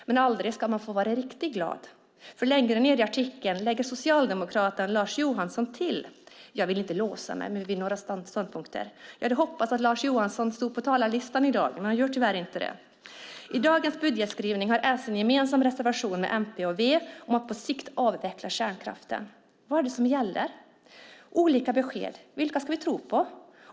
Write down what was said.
Men aldrig kan man få vara riktigt glad. Längre ned i artikeln lägger socialdemokraten Lars Johansson till: Jag vill inte låsa mig vid några ståndpunkter. Jag hade hoppats att Lars Johansson stod på talarlistan i dag, men det gör han inte. I dagens budgetskrivning har S en gemensam reservation med MP och V om att på sikt avveckla kärnkraften. Vad är det som gäller? Det finns olika besked. Vilket ska vi tro på?